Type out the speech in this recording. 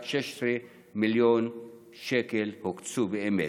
רק 16 מיליון שקל הוקצו באמת.